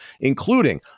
including